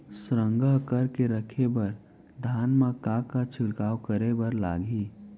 संग्रह करके रखे बर धान मा का का छिड़काव करे बर लागही?